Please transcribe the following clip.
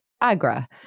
Agra